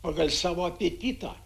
pagal savo apetitą